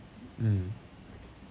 mm